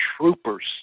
troopers